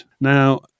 now